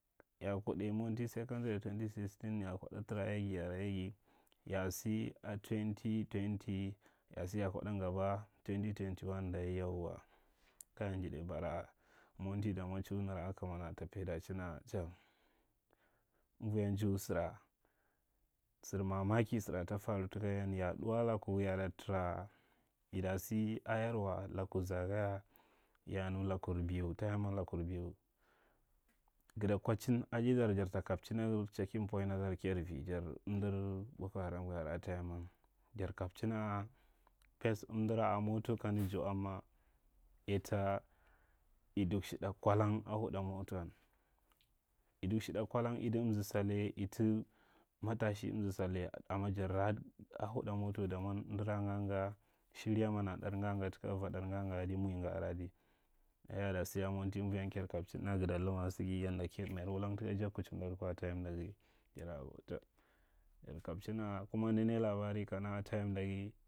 Ya a kidai montir secondary twenty sixteen ya kwaɗa tara yaga, ya ara yaga, yan sa akwa twenty twenty, dachi ya a kwaɗa nsaba twenty twentyone dayi yawa kaya njidai bara a monti damara akama na kai ta dachina chan, amuwiyan dui sara, sar mamaki sara ta faru taka yan, ya a du a taku ya ata tara, aɗa sa a yana laku sagya, ya a nu lakur bju, tayaman lakur bul, girta kwacla asida larta kabchinaga checking point te dark ajar vi, jar amdar boko haram aga are, a tayiman jar kabchina a karsa, amdara a moto kamda joan ma aita a dukshiɗa kwalang a huɗa moton a dushiɗa kwalang ita matashi amza sal. Amma jarra a huɗa moto damwan amdara nga nga shirama nara nga- nga taka avadar ɗar nga- nga ada mulnga ada kaya a ta sa a monti anvuiyar kayar kabchinɗa gaa lama saga, yanda ka, majar wulang taka ijag kuchinda ji kwa a tayimda ga jara u, dab, jar kabchia a kuma nanaga labara ka a tayimda ga.